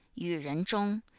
yu ren zhong,